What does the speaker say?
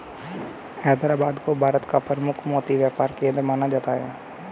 हैदराबाद को भारत का प्रमुख मोती व्यापार केंद्र माना जाता है